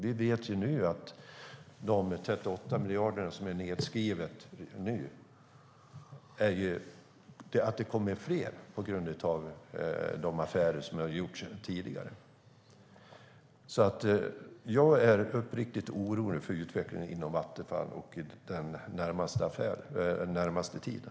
Vi vet att det nu är nedskrivet med 38 miljarder men att det kommer ytterligare nedskrivningar på grund av de affärer som gjorts tidigare. Jag är uppriktigt orolig för utvecklingen inom Vattenfall den närmaste tiden.